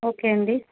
okay అండి